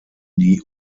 die